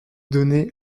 donner